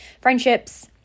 Friendships